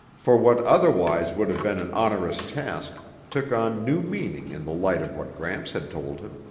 for what otherwise would have been an onerous task took on new meaning in the light of what gramps had told him.